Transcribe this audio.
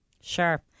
Sure